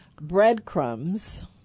breadcrumbs